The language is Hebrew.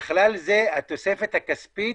ובכלל זה התוספת הכספית